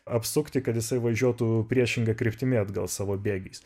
apsukti kad jisai važiuotų priešinga kryptimi atgal savo bėgiais